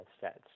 sets